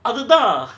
other data